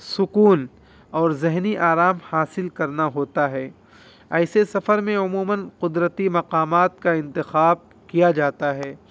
سکون اور ذہنی آرام حاصل کرنا ہوتا ہے ایسے سفر میں عموماً قدرتی مقامات کا انتخاب کیا جاتا ہے